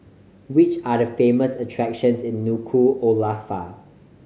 which are the famous attractions in Nuku'alofa